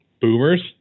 Boomers